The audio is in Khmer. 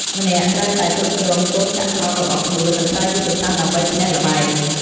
ម្នាក់ត្រូវតែគ្រប់គ្រងកូនចត្រង្គរបស់ខ្លួន និងប្រើយុទ្ធសាស្ត្រដើម្បីឈ្នះល្បែង។